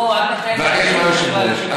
תבקש מהיושב-ראש.